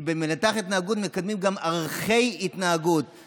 כי אצל מנתח התנהגות מקדמים גם ערכי התנהגות,